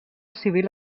civil